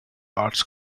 arts